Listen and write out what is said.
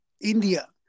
India